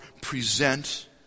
present